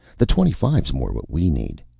the twenty-five's more what we need!